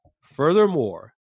furthermore